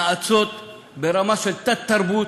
נאצות ברמה של תת-תרבות,